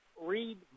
read